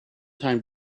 time